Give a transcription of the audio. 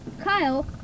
Kyle